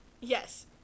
yes